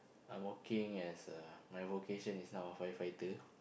I'm working as a my vocation is now a firefighter